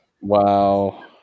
wow